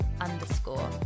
underscore